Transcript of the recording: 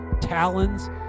talons